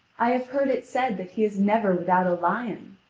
i have heard it said that he is never without a lion.